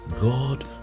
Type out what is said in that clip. God